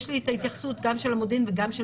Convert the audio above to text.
יש לי את ההתייחסות גם של מודיעין וגם של